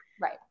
Right